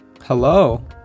hello